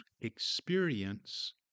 experience